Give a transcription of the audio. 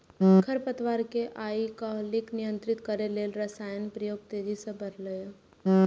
खरपतवार कें आइकाल्हि नियंत्रित करै लेल रसायनक प्रयोग तेजी सं बढ़लैए